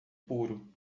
puro